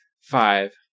Five